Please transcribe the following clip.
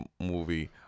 movie